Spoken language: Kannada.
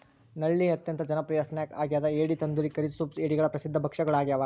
ನಳ್ಳಿ ಅತ್ಯಂತ ಜನಪ್ರಿಯ ಸ್ನ್ಯಾಕ್ ಆಗ್ಯದ ಏಡಿ ತಂದೂರಿ ಕರಿ ಸೂಪ್ ಏಡಿಗಳ ಪ್ರಸಿದ್ಧ ಭಕ್ಷ್ಯಗಳಾಗ್ಯವ